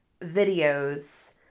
videos